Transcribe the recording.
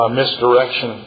misdirection